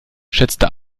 schätzte